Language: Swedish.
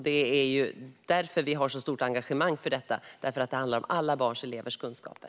Det är därför vi har ett så stort engagemang för detta, för det handlar om alla barns och elevers kunskaper.